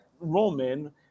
Roman